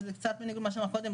וזה קצת בניגוד למה שנאמר קודם,